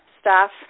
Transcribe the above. staff